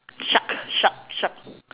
shark shark shark